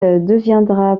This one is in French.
deviendra